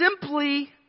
simply